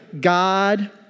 God